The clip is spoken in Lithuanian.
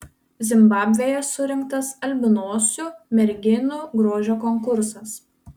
zimbabvėje surengtas albinosių merginų grožio konkursas